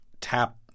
tap